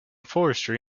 forestry